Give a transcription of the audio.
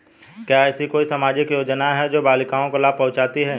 क्या ऐसी कोई सामाजिक योजनाएँ हैं जो बालिकाओं को लाभ पहुँचाती हैं?